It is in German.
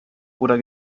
oder